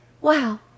wow